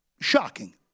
shocking